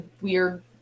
weird